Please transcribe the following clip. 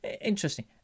Interesting